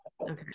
Okay